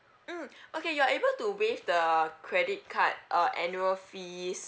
mm okay you are able to waive the credit card uh annual fees